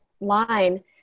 line